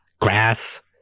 Grass